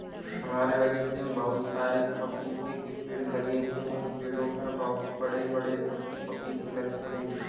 हमारे बगीचे में बहुत सारे पपीते के पेड़ लगे हैं इन पेड़ों पर बहुत बड़े बड़े पपीते लगते हैं